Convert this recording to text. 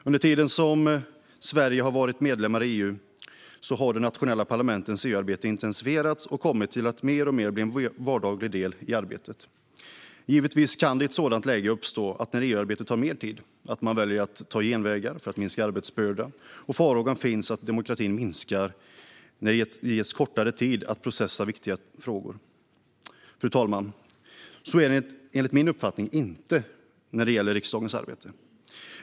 Under tiden som Sverige har varit medlem i EU har de nationella parlamentens EU-arbete intensifierats och mer och mer kommit att bli en vardaglig del i arbetet. Givetvis kan det i ett sådant läge, när EU-arbetet tar mer tid, uppstå att man väljer att ta genvägar för att minska arbetsbördan, och farhågan finns att demokratin minskar när det ges kortare tid att processa viktiga frågor. Fru talman! Så är det enligt min uppfattning inte när det gäller riksdagens arbete.